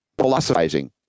philosophizing